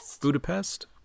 Budapest